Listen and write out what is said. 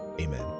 Amen